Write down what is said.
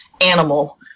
animal